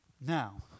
Now